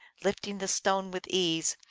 lifting the stone with ease,